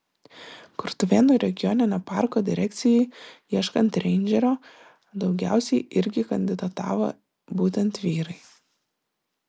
kurtuvėnų regioninio parko direkcijai ieškant reindžerio daugiausiai irgi kandidatavo būtent vyrai